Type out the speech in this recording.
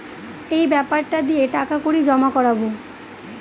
এই বেপারটা দিয়ে টাকা কড়ি জমা করাবো